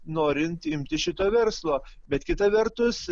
norint imtis šito verslo bet kita vertus